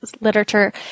literature